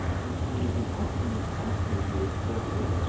if he is an optimist after he is forty-eight,